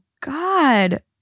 god